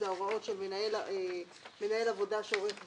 זה הוראות של מנהל עבודה שעורך בדיקה,